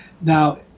Now